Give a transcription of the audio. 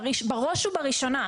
בראש ובראשונה.